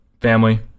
family